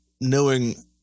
knowing-